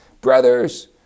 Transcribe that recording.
Brothers